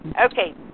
Okay